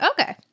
Okay